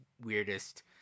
weirdest